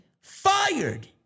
fired